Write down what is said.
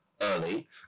early